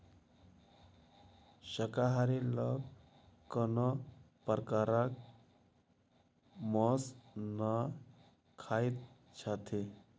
शाकाहारी लोक कोनो प्रकारक मौंस नै खाइत छथि